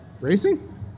Racing